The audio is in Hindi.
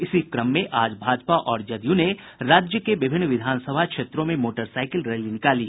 इसी क्रम में आज भाजपा और जदयू ने राज्य के विभिन्न विधानसभा क्षेत्रों में मोटरसाईकिल रैली निकाली